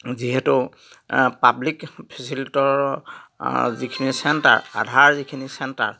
যিহেতু public facilitator যিখিনি centre Aadhaar যিখিনি চেণ্টাৰ